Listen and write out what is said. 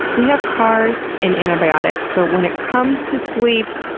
we have cars, and antibiotics, but when it comes to sleep,